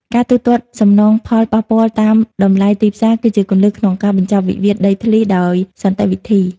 ការទូទាត់សំណងផលប៉ះពាល់តាមតម្លៃទីផ្សារ គឺជាគន្លឹះក្នុងការបញ្ចប់វិវាទដីធ្លីដោយសន្តិវិធី។